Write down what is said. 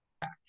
back